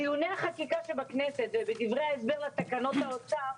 בדיוני החקיקה שבכנסת ובדברי ההסבר לתקנות האוצר,